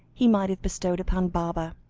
he might have bestowed upon baba.